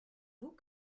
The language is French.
vous